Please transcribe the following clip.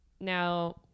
Now